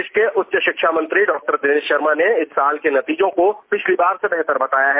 प्रदेश के उच्च शिक्षा मंत्री डॉक्टर दिनेश शर्मा ने इस साल के नतीजों को पिछली बार से बेहतर बताया है